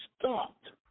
stopped